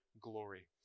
glory